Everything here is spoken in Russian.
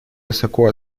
высоко